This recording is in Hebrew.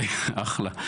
אחלה.